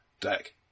deck